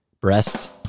breast